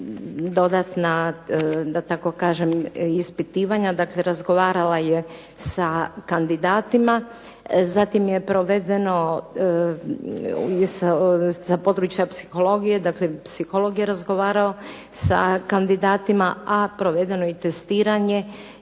dodatna da tako kažem ispitivanja. Dakle, razgovarala je sa kandidatima. Zatim je provedeno sa područja psihologije, dakle psiholog je razgovarao sa kandidatima, a provedeno je i testiranje